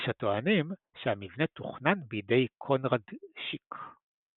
יש הטוענים שהמבנה תוכנן בידי קונראד שיק.